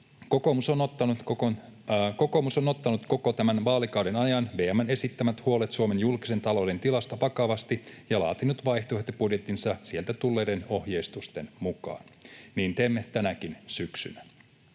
Kokoomus on ottanut koko tämän vaalikauden ajan VM:n esittämät huolet Suomen julkisen talouden tilasta vakavasti ja laatinut vaihtoehtobudjettinsa sieltä tulleiden ohjeistusten mukaan. Niin teemme tänäkin syksynä.